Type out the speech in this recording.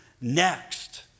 next